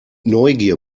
neugier